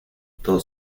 todo